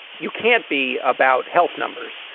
you can't be about health numbers.